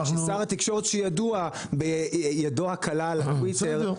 שר התקשורת שידוע בידו הקלה על הטוייטר --- בסדר.